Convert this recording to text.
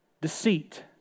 Deceit